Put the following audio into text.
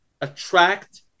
attract